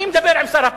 אני מדבר עם שר הפנים,